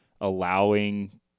allowing